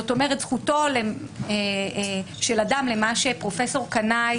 זאת אומרת, זכותו של אדם למה שפרופסור קנאי